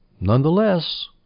nonetheless